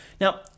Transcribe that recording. Now